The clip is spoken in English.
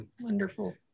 Wonderful